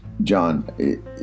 John